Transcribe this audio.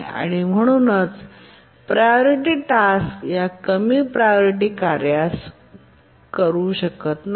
आणि म्हणूनच priority task या कमी प्रायोरिटी कार्यास यापुढे करू शकत नाही